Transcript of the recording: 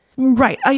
Right